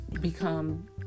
become